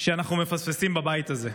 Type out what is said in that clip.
שאנחנו מפספסים בבית הזה.